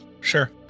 Sure